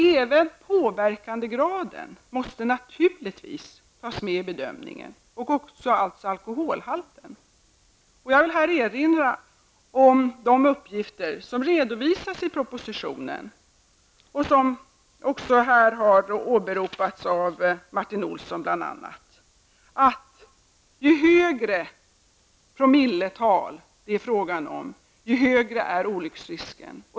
Även påverkandegraden måste naturligtvis tas med i bedömningen och också alkoholhalten. Jag vill erinra om de uppgifter som redovisas i propositionen och som också har åberopats av Martin Olsson här, att ju högre promilletal det är fråga om, desto höga är olycksrisken.